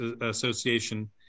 association